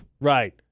Right